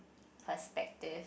perspectives